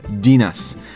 Dinas